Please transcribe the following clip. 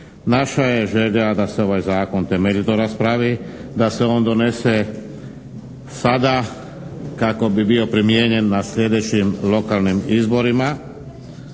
Naša je želja da se ovaj Zakon temeljito raspravi, da se on donese sada kako bi bio primijenjen na sljedećim lokalnim izborima